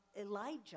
elijah